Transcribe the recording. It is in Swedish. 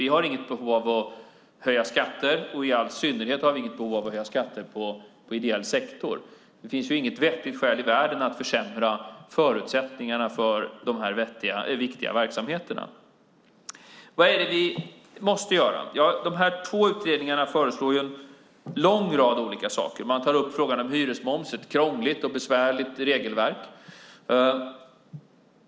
Vi har inget behov av att höja skatter; i all synnerhet har vi inget behov av att höja skatter på den ideella sektorn. Det finns inget vettigt skäl i världen att försämra förutsättningarna för de här viktiga verksamheterna. Vad är det vi måste göra? De två utredningarna föreslår en lång rad olika saker. Man tar upp frågan om hyresmoms, ett krångligt och besvärligt regelverk.